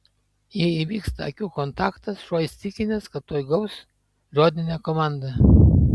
jei įvyksta akių kontaktas šuo įsitikinęs kad tuoj gaus žodinę komandą